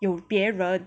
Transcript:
有别人